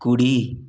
కుడి